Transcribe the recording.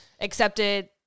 accepted